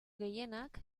gehienak